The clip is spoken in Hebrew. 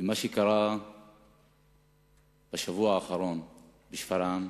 ומה שקרה בשבוע האחרון בשפרעם,